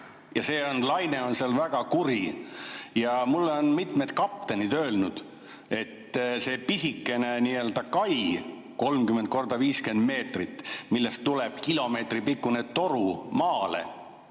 See laine on seal väga kuri ja mulle on mitmed kaptenid öelnud – see pisikene kai, 30 × 50 meetrit, millest tuleb kilomeetri pikkune toru maale,